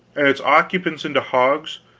and its occupants into hogs,